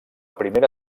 primera